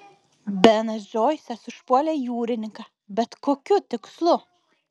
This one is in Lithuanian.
benas džoisas užpuolė jūrininką bet kokiu tikslu